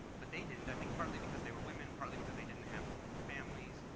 but they didn't. i think partly because they were women, partly because they didn't have families,